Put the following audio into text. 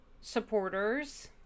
supporters